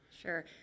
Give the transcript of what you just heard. Sure